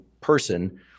person